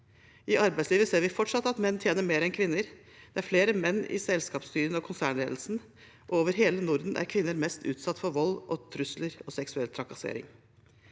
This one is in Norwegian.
I arbeidslivet ser vi fortsatt at menn tjener mer enn kvinner, det er flere menn i selskapsstyrene og i konsernledelsen, og over hele Norden er kvinner mest utsatt for vold, trusler og seksuell trakassering.